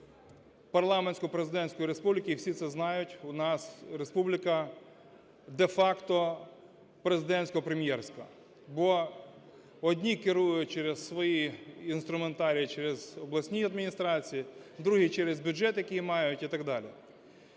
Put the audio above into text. у нас парламентсько-президентської республіки, і всі це знають, у нас республіка де-факто президентсько-прем'єрська. Бо одні керують через свої інструментарії - через обласні адміністрації, другі - через бюджет, який мають, і так далі.